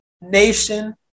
nation